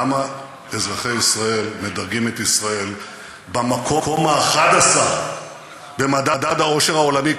למה אזרחי ישראל מדרגים את ישראל במקום ה-11 במדד האושר העולמי?